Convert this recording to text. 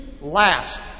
last